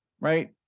right